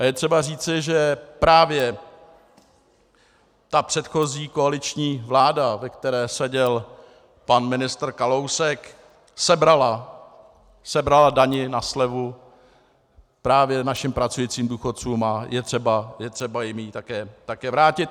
A je třeba říci, že právě ta předchozí koaliční vláda, ve které seděl pan ministr Kalousek, sebrala daň na slevu právě našim pracujícím důchodcům a je třeba jim ji také vrátit.